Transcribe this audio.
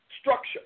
structure